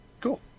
Cool